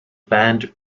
band